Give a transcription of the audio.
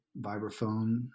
vibraphone